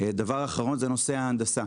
דבר אחרון הוא בנושא ההנדסה.